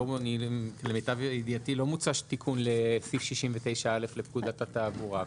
למיטב ידיעתי לא מוצע תיקון לסעיף 69א לפקודת התעבורה.